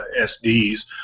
SDs